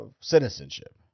citizenship